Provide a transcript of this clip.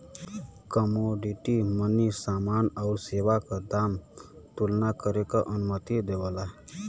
commodity money समान आउर सेवा के दाम क तुलना करे क अनुमति देवला